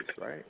right